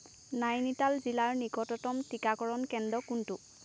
নাইনিতাল জিলাৰ নিকটতম টীকাকৰণ কেন্দ্ৰ কোনটো